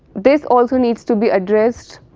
this also needs to be addressed